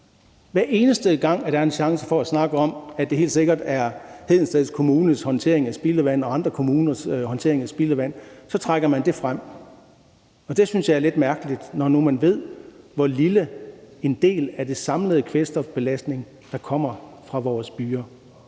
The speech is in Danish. Hver eneste gang der er en chance for at snakke om, at det helt sikkert er Hedensted Kommunes håndtering af spildevand og andre kommuners håndtering af spildevand, trækker man det frem. Det synes jeg er lidt mærkeligt, når nu man ved, hvor lille en del af den samlede kvælstofbelastning der kommer fra vores byer.